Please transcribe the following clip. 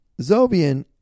Zobian